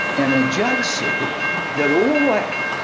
and a judge said that all and